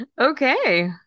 okay